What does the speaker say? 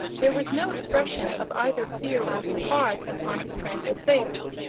there was no expression of either fear or surprise upon his tranquil face,